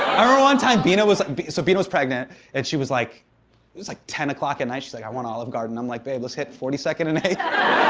i remember one time beena was so beena was pregnant and she was like it was like ten o'clock at night she's like, i want olive garden. i'm like, babe, let's hit forty second and eighth.